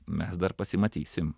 mes dar pasimatysim